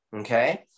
okay